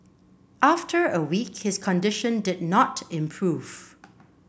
after a week his condition did not improve